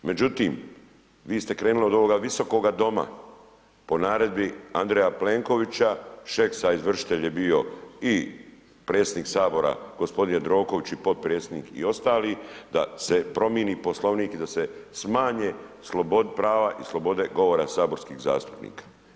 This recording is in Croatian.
Međutim, vi ste krenuli od ovoga Visokoga doma, po naredbi Andreja Plenkovića, Šeks izvršitelj je bio i predsjednik Sabora g. Jandroković i potpredsjednik i ostali, da se promijeni poslovnik i da se smanje prava i slobode govora saborskih zastupnika.